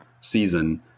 season